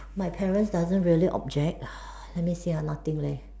my parents doesn't really object ha let me see uh nothing leh